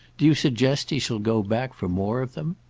do you suggest he shall go back for more of them?